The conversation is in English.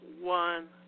one